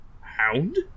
Hound